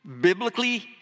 biblically